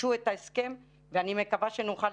חידשו את ההסכם ואני מקווה שנוכל